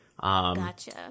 Gotcha